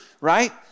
right